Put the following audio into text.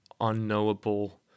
unknowable